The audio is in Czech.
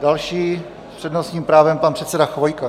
Další s přednostním právem pan předseda Chvojka.